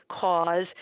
cause